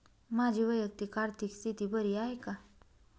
माझी वैयक्तिक आर्थिक स्थिती बरी आहे का?